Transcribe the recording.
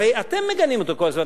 הרי אתם מגנים אותו כל הזמן.